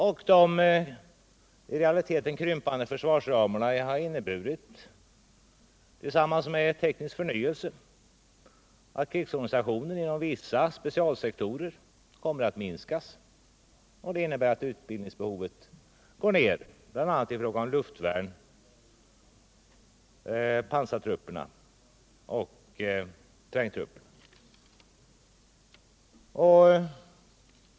De i realiteten krympande försvarsramarna har, tillsammans med de ökande kostnaderna för teknisk förnyelse, inneburit att krigsorganisationen inom vissa specialsektorer kommer att minskas, vilket i sin tur innebär att utbildningsbehovet sjunker, bl.a. i fråga om luftvärnet, pansartrupperna och trängtrupperna.